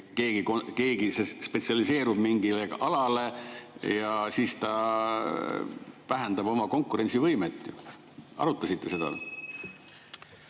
keegi spetsialiseerub mingile alale, siis ta vähendab oma konkurentsivõimet. Kas te arutasite seda?